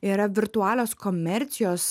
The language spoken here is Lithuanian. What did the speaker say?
yra virtualios komercijos